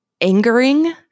angering